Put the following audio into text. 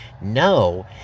No